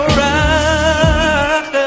right